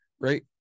right